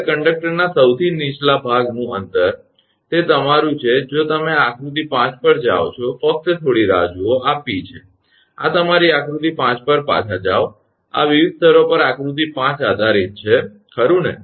હવે કંડક્ટરના સૌથી નીચલા ભાગનું અંતર તે તમારું છે જો તમે આકૃતિ 5 પર જાઓ છો ફક્ત થોડી રાહ જુઓ આ 𝑃 છે આ તમારી આકૃતિ 5 પર પાછા જાઓ આ વિવિધ સ્તરો પર આકૃતિ 5 આધારિત છે ખરુ ને